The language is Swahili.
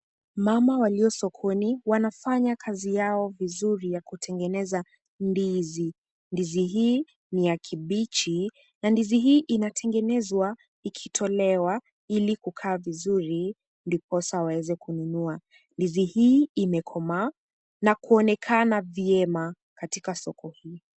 Mama walio sokoni wanafanya kazi yao vizuri ya kutengeneza ndizi, ndizi hii ni ya kibichi na ndizi hii inatengenezwa ikitolewa ili kukaa vizuri ndiposa waweze kununua. Ndizi hii imekomaa na kuonekana vyema katika soko hii.